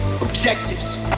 objectives